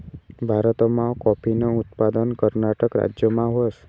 भारतमा काॅफीनं उत्पादन कर्नाटक राज्यमा व्हस